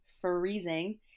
freezing